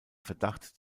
verdacht